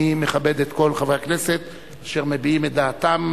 אני מכבד את כל חברי הכנסת אשר מביעים את דעתם